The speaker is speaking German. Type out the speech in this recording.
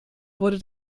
wurde